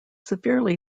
severely